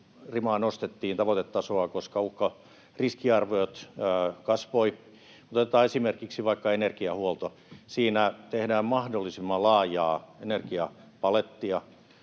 vielä nostettiin, tavoitetasoa, koska riskiarviot kasvoivat. Otetaan esimerkiksi vaikka energiahuolto. Siinä tehdään mahdollisimman laajaa energiapalettia,